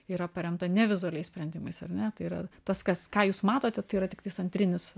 yra paremta ne vizualiais sprendimais ar ne tai yra tas kas ką jūs matote tai yra tiktais antrinis